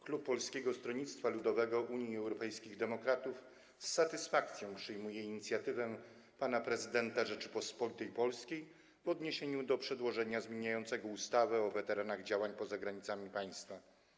Klub Polskiego Stronnictwa Ludowego - Unii Europejskich Demokratów z satysfakcją przyjmuje inicjatywę pana prezydenta Rzeczypospolitej Polskiej w odniesieniu do przedłożenia zmieniającego ustawę o weteranach działań poza granicami państwa.